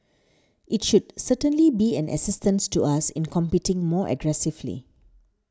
it should certainly be an assistance to us in competing more aggressively